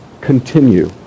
continue